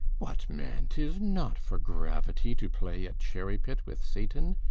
what, man! t is not for gravity to play at cherry-pit with satan.